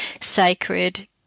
sacred